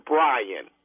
Brian